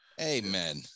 Amen